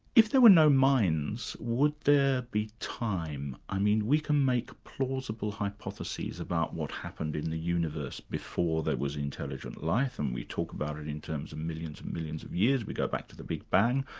if there were no minds, would there be time? i mean we can make plausible hypotheses about what happened in the universe before there was intelligent life, and we talk about it in terms of millions and millions of years, we go back to the big bang,